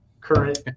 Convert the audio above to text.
current